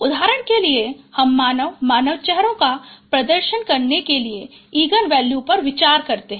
उदाहरण के लिए हम मानव मानव चेहरों का प्रदर्शित करने के लिए इगन वैल्यू पर विचार करते हैं